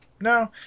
No